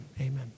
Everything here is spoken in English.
amen